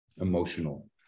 emotional